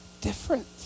different